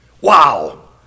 Wow